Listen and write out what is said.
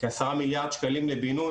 כעשרה מיליארד שקלים לבינוי.